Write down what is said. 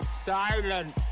Silence